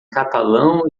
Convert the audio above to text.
catalão